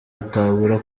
atabura